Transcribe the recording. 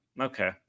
Okay